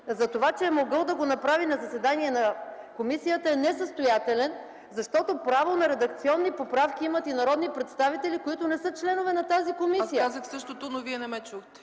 за това, че е могъл да го направи на заседание на комисията, е несъстоятелен, защото право на редакционни поправки имат и народни представители, които не са членове на тази комисия. ПРЕДСЕДАТЕЛ ЦЕЦКА ЦАЧЕВА: Аз казах същото, но Вие не ме чухте.